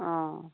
অঁ